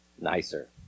nicer